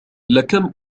لكم